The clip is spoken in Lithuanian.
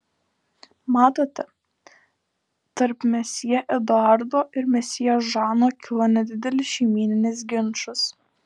matote tarp mesjė eduardo ir mesjė žano kilo nedidelis šeimyninis ginčas